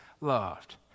loved